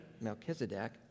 Melchizedek